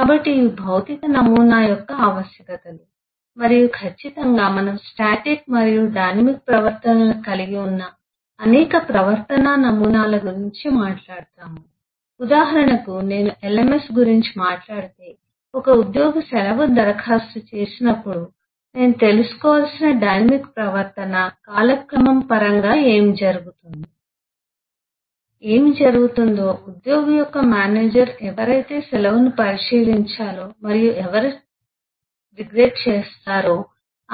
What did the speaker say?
కాబట్టి ఇవి భౌతిక నమూనా యొక్క ఆవశ్యకతలు మరియు ఖచ్చితంగా మనము స్టాటిక్ మరియు డైనమిక్ ప్రవర్తనలను కలిగి ఉన్న అనేక ప్రవర్తనా నమూనాల గురించి మాట్లాడుతాము ఉదాహరణకు నేను LMS గురించి మాట్లాడితే ఒక ఉద్యోగి సెలవు దరఖాస్తు చేసినప్పుడు నేను తెలుసుకోవలసిన డైనమిక్ ప్రవర్తన కాలక్రమం పరంగా ఏమి జరుగుతుందో ఏమి జరుగుతుందో ఉద్యోగి యొక్క మేనేజర్ ఎవరైతే సెలవును పరిశీలించాలో మరియు ఎవరు చింతిస్తున్నారో